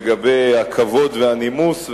לגבי הכבוד והנימוס,